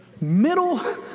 middle